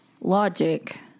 logic